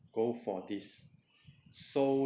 go for this so